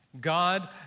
God